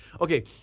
Okay